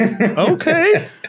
Okay